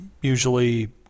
usually